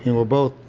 and we're both,